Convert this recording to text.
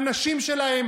בנשים שלהם,